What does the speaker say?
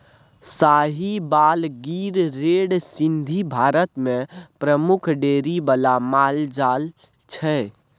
Sahiwal, Gir, red Sindhi Bharat मे प्रमुख dairy बला माल जाल छै